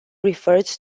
referred